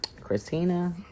christina